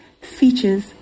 features